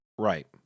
Right